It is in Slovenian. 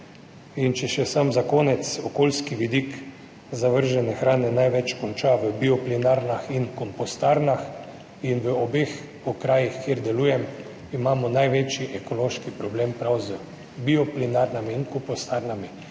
In za konec še okoljski vidik. Zavržene hrane največ konča v bioplinarnah in kompostarnah. In v obeh okrajih, kjer delujem, imamo največji ekološki problem prav z bioplinarnami in kompostarnami,